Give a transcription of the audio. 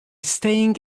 staying